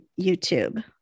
YouTube